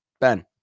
Ben